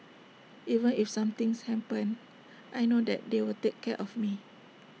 even if something happens I know that they will take care of me